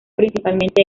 principalmente